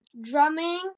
drumming